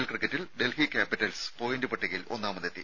L ക്രിക്കറ്റിൽ Delhi Capitals point പട്ടികയിൽ ഒന്നാമതെത്തി